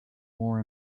more